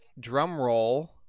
drumroll